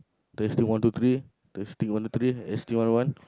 testing one two three testing one two three testing one one